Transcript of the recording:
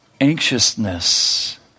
anxiousness